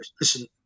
listen